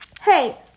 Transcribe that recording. Hey